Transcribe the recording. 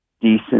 decent